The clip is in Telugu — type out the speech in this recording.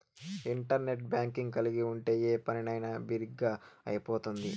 ఇంటర్నెట్ బ్యాంక్ కలిగి ఉంటే ఏ పనైనా బిరిగ్గా అయిపోతుంది